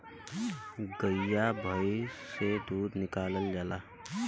गइया भईस से दूध निकालल जाला